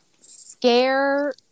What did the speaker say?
scare